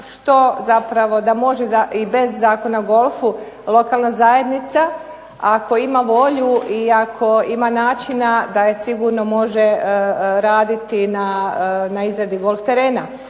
što zapravo, da može i bez Zakona o golfu lokalna zajednica, ako ima volju i ako ima načina, da je sigurno može raditi na izradi golf terena.